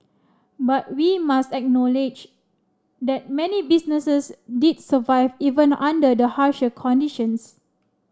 but we must acknowledge that many businesses did survive even under the harsher conditions